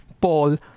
Paul